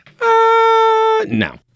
No